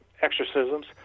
exorcisms